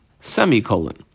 Semicolon